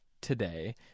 today